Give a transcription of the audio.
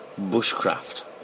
bushcraft